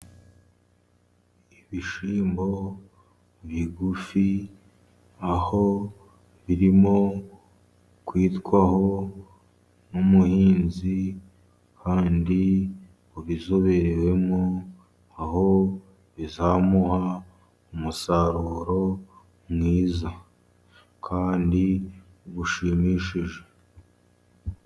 Ibishyimbo bigufi, aho birimo kwitwaho n'umuhinzi kandi ubizoberewemo, aho bizamuha umusaruro mwiza. Kandi ushimishije.